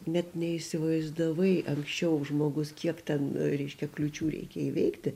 net neįsivaizdavai anksčiau žmogus kiek ten reiškia kliūčių reikia įveikti